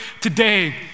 today